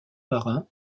marin